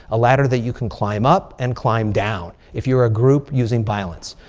a ladder that you can climb up and climb down. if you're a group using violence.